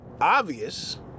obvious